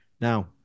now